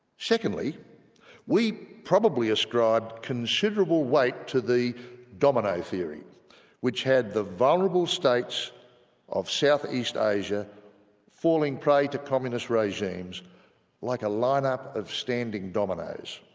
secondly we probably ascribed considerable weight to the domino theory which had the vulnerable states of southeast asia falling prey to communist regimes like a lineup of standing dominoes.